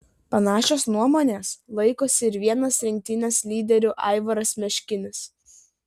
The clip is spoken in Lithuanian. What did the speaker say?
panašios nuomonės laikosi ir vienas rinktinės lyderių aivaras meškinis